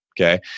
Okay